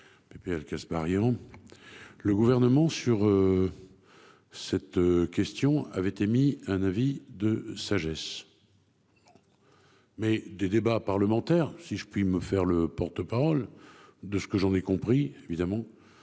Et Kasbarian. Le gouvernement sur. Cette question avait émis un avis de sagesse. Mais des débats parlementaires, si je puis me faire le porte-, parole de ce que j'en ai compris évidemment.